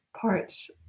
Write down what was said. parts